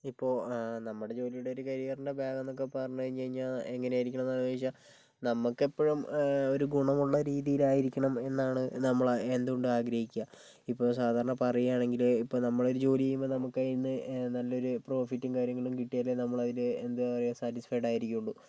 ഇപ്പോൾ നമ്മുടെ ജോലിയുടെ ഒരു കരിയറിൻ്റെ ഭാവി എന്നൊക്കെ പറഞ്ഞുകഴിഞ്ഞ് കഴിഞ്ഞാൽ എങ്ങനെയായിരിക്കും എന്ന് ചോദിച്ചാൽ നമുക്കെപ്പോഴും ഒരു ഗുണമുള്ള രീതിയിലായിരിക്കണം എന്നാണ് നമ്മള് എന്തുകൊണ്ടും ആഗ്രഹിക്കുക ഇപ്പോൾ സാധാരണ പറയുകയാണെങ്കില് ഇപ്പോൾ നമ്മളൊരു ജോലി ചെയ്യുമ്പോൾ നമുക്ക് അതിൽ നിന്ന് നല്ലൊരു പ്രോഫിറ്റും കാര്യങ്ങളും കിട്ടിയാലേ നമ്മളതില് എന്താ പറയുക സാറ്റിസ്ഫൈഡ് ആയിരിക്കുകയുള്ളു